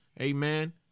amen